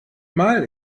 mal